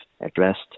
addressed